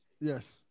Yes